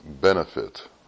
benefit